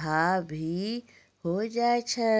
भा भी होय जाय छै